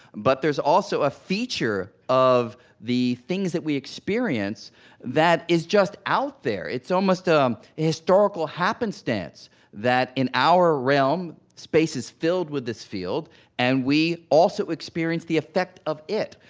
but there's also a feature of the things that we experience that is just out there. it's almost a um historical happenstance that in our realm space is filled with this field and we also experience the effect of it.